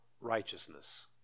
righteousness